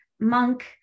monk